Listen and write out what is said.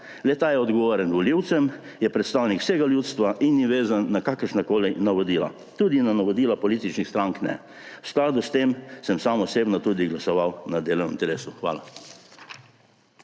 Le-ta je odgovoren volivcem, je predstavnik vsega ljudstva in ni vezan na kakršnakoli navodila, tudi na navodila političnih strank ne. V skladu s tem sem sam osebno tudi glasoval na delovnem telesu. Hvala.